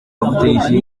bafatanyije